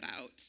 out